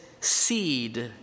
seed